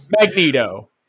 Magneto